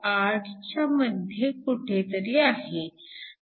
8च्या मध्ये कुठेतरी आहे